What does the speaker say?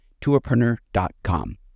tourpreneur.com